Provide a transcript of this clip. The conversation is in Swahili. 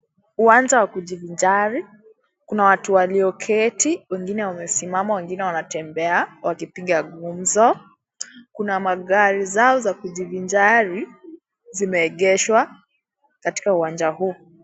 Uwanja wa kujivinjari. Kuna watu walioketi, wengine wamesimama, wengine wanatembea wakipiga gumzo. Kuna magari zao za kujivinjari zimeegeshwa katika uwanja huu.